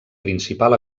principal